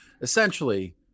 Essentially